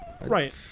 Right